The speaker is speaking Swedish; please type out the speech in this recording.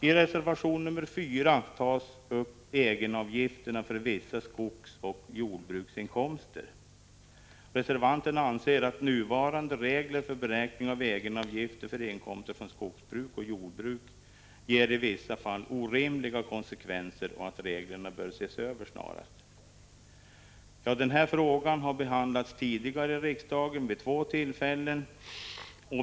I reservation 4 tas egenavgifterna för vissa skogsbruksoch jordbruksinkomster upp. Reservanterna anser att nuvarande regler för beräkning av egenavgifter för inkomster från skogsbruk och jordbruk i vissa fall ger orimliga konsekvenser och att reglerna bör ses över snarast. Den här frågan har behandlats tidigare i riksdagen vid två tillfällen.